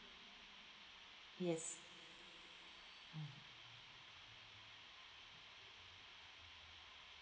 yes